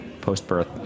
post-birth